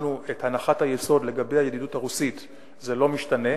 הנחת היסוד לגבי הידידות הרוסית לא משתנה,